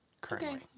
currently